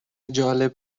جالب